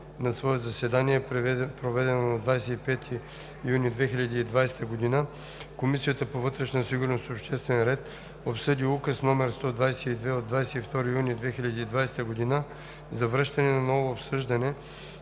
На свое заседание, проведено на 25 юни 2020 г., Комисията по вътрешна сигурност и обществен ред обсъди Указ № 122 от 22 юни 2020 г. за връщане за ново обсъждане